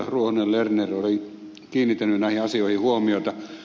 ruohonen lerner oli kiinnittänyt näihin asioihin huomiota